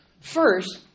First